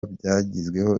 byabagizeho